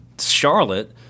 Charlotte